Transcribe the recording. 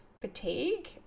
fatigue